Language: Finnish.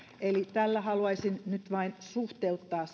tällä haluaisin nyt vain suhteuttaa